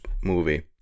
movie